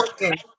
working